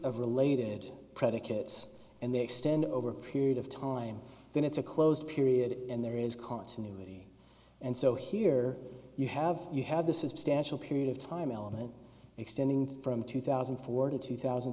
of related predicates and they extend over a period of time then it's a closed period and there is continuity and so here you have you have this is stachel period of time element extending from two thousand and four to two thousand